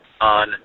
on